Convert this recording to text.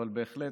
בהחלט,